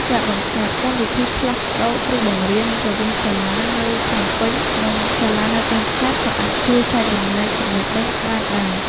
ការបង្កើតកម្មវិធីផ្លាស់ប្តូរគ្រូបង្រៀនរវាងសាលានៅភ្នំពេញនិងសាលានៅតាមខេត្តក៏អាចជួយចែករំលែកចំណេះដឹងបានដែរ។